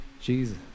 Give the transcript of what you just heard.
Jesus